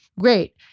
great